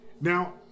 Now